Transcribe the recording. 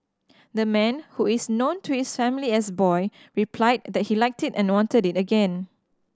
the man who is known to his family as Boy replied that he liked it and wanted it again